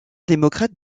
démocrate